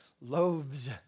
loaves